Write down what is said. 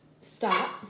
Stop